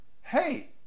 Hey